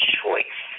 choice